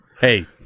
Hey